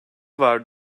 var